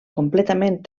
completament